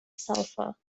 sulphur